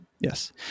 Yes